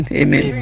amen